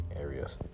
areas